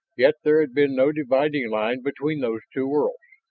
yet there had been no dividing line between those two worlds.